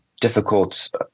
difficult